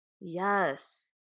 yes